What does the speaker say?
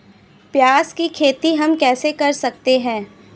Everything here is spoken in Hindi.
प्याज की खेती हम कैसे कर सकते हैं?